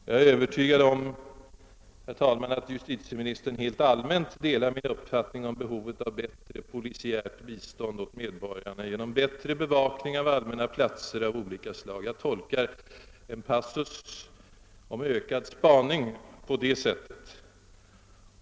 Jag är övertygad om, herr talman, att justitieministern helt allmänt delar min uppfattning om behovet av bättre polisiärt bistånd åt medborgarna genom bättre bevakning av allmänna platser av olika slag; jag tolkar en passus i interpellationssvaret om ökad spaning på det sättet.